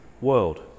world